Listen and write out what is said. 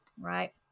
right